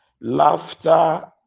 laughter